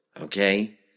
okay